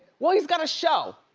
well, he's got a show.